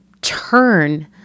turn